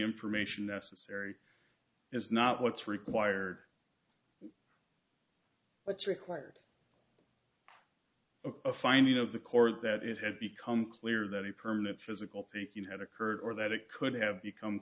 information necessary is not what's required what's required of a finding of the court that it has become clear that the permanent physical piece you had occurred or that it could have become